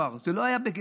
זה לא היה בבתי סוהר,